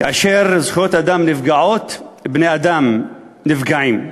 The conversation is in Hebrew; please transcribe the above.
כאשר זכויות אדם נפגעות, בני-אדם נפגעים.